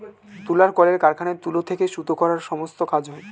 তুলার কলের কারখানায় তুলো থেকে সুতো করার সমস্ত কাজ হয়